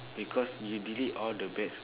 because you delete all the bad